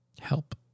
Help